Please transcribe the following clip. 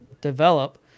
develop